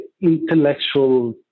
intellectual